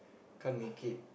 can't make it